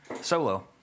Solo